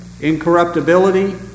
incorruptibility